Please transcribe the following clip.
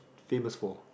famous for